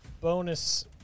bonus